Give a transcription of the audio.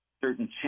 certain